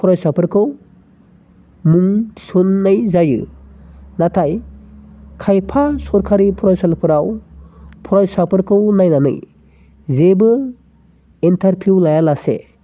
फरायसाफोरखौ मुं थिसननाय जायो नाथाय खायफा सोरखारि फरायसालिफोराव फरायसाफोरखौ नायनानै जेबो एन्टारभिउ लायालासे